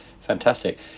Fantastic